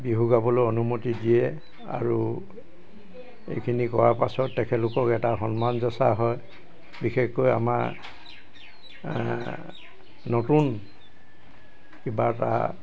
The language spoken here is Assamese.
বিহু গাবলৈ অনুমতি দিয়ে আৰু এইখিনি কৰাৰ পাছত তেখেতলোকক এটা সন্মান যচা হয় বিশেষকৈ আমাৰ নতুন কিবা এটা